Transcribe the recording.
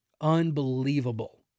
Unbelievable